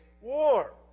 war